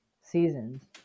seasons